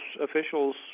officials